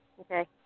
Okay